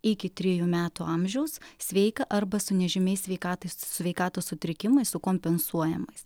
iki trijų metų amžiaus sveiką arba su nežymiais sveikatais sveikatos sutrikimais su kompensuojamais